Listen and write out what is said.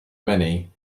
many